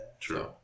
True